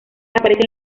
aparecen